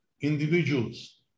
individuals